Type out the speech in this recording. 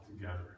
together